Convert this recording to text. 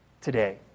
today